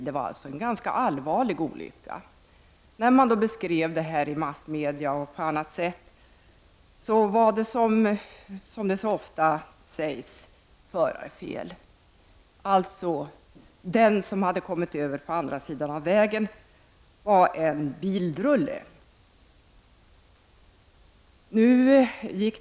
Det var alltså en ganska allvarlig olycka. När man beskrev olyckan i massmedia och på annat sätt sade man, som så ofta, att det var fråga om förarfel. Den som hade kommit över på andra sidan vägen var alltså en bildrulle.